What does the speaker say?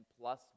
plus